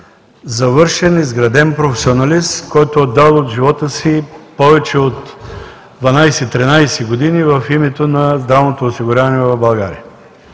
завършен, изграден професионалист, който е отдал от живота си повече от 12 – 13 години в името на здравното осигуряване в България.